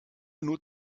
nur